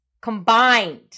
combined